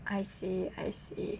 I see I see